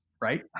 Right